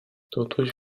totuși